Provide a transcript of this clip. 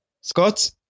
Scott